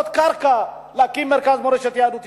קרקע להקים את מרכז מורשת יהדות אתיופיה.